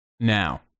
Now